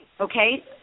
Okay